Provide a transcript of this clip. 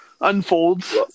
unfolds